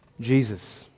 Jesus